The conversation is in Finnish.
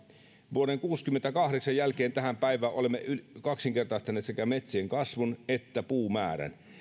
vuoden kuusikymmentäkahdeksan jälkeen tähän päivään olemme kaksinkertaistaneet sekä metsien kasvun että puumäärän